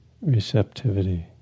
receptivity